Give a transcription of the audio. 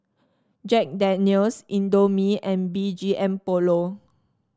Jack Daniel's Indomie and B G M Polo